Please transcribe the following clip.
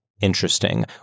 interesting